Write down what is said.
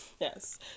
yes